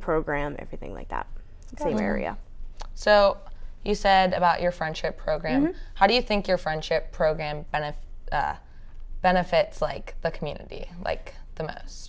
program everything like that same area so you said about your friendship program how do you think your friendship program and if benefits like the community like